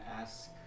ask